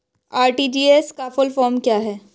RTGS का full form क्या है?